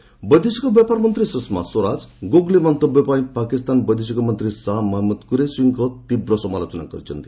ସ୍ୱରାଜ ପାକ୍ ବୈଦେଶିକ ବ୍ୟାପାର ମନ୍ତ୍ରୀ ସୁଷମା ସ୍ୱରାଜ ଗୁଗ୍ଲି ମନ୍ତବ୍ୟ ପାଇଁ ପାକିସ୍ତାନ ବୈଦେଶିକମନ୍ତ୍ରୀ ଶାହା ମହମୁଦ୍ କ୍ୟୁରେସିଙ୍କର ତୀବ୍ର ସମାଲୋଚନା କରିଛନ୍ତି